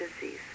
disease